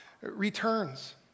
returns